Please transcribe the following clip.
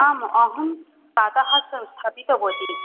आम् अहं प्रातः संस्थापितवती